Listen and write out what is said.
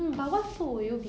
no I don't think